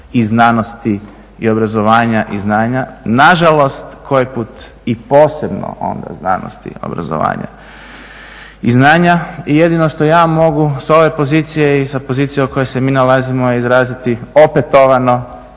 i znanosti i obrazovanja i znanja. Nažalost koji put i posebno onda znanosti i obrazovanja i znanja i jedino što ja mogu s ove pozicije i sa pozicije u kojoj se mi nalazimo izraziti opetovano,